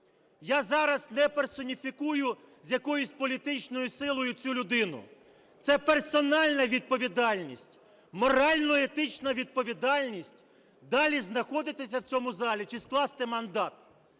Я зараз не персоніфікую з якоюсь політичною силою цю людину. Це персональна відповідальність, морально-етична відповідальність далі знаходитися в цьому залі чи скласти мандат.